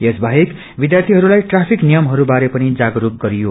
यस बाहेक विध्यार्थीहरूलाई ट्रैफिक नियमहरूबारे पनि जागस्क गरियो